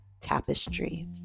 tapestry